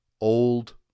old